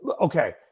okay